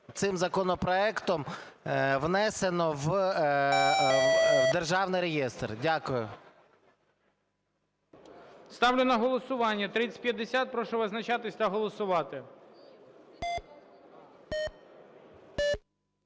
цим законопроектом внесено в державний реєстр. Дякую. ГОЛОВУЮЧИЙ. Ставлю на голосування 3050. Прошу визначатись та голосувати.